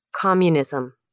Communism